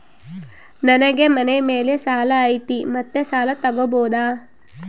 ನನಗೆ ಮನೆ ಮೇಲೆ ಸಾಲ ಐತಿ ಮತ್ತೆ ಸಾಲ ತಗಬೋದ?